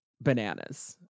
bananas